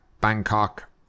Bangkok